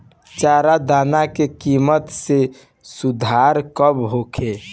चारा दाना के किमत में सुधार कब होखे?